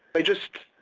by just